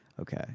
Okay